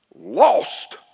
lost